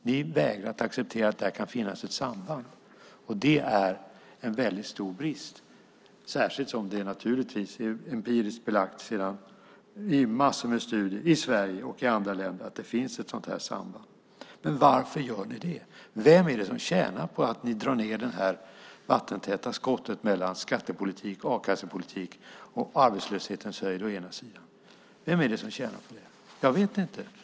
Ni vägrar acceptera att där kan finnas ett samband. Det är en stor brist, särskilt som det är empiriskt belagt i massor av studier i Sverige och i andra länder att det finns ett sådant här samband. Varför gör ni det? Vem är det som tjänar på att ni drar ned detta vattentäta skott mellan skattepolitik, a-kassepolitik och arbetslöshetsnivå? Jag vet inte.